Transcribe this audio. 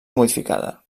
modificada